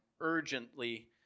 urgently